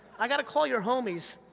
i gotta call your homies.